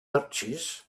birches